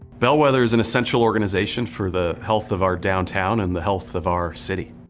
bellwether is an essential organization for the health of our downtown and the health of our city.